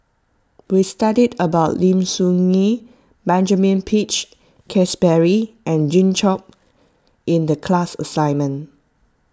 we studied about Lim Soo Ngee Benjamin Peach Keasberry and Jimmy Chok in the class assignment